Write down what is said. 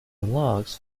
logs